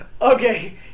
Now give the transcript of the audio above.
Okay